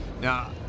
Now